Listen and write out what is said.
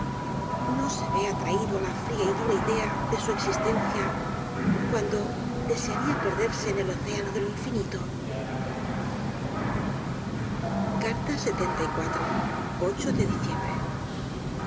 no se ve atraído á la fría y dura idea de su existencia cuando desearía perderse en el océano de lo in finito de diciembre